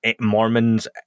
Mormons